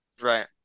right